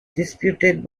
disputed